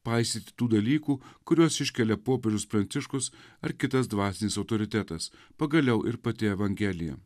paisyti tų dalykų kuriuos iškelia popiežius pranciškus ar kitas dvasinis autoritetas pagaliau ir pati evangelija